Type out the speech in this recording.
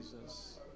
Jesus